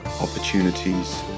opportunities